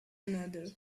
another